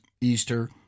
Easter